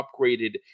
upgraded